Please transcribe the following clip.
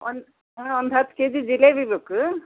ಒಂದು ಹಾಂ ಒಂದು ಹತ್ತು ಕೆಜಿ ಜಿಲೇಬಿ ಬೇಕು